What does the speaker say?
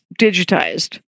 digitized